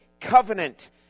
covenant